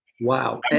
Wow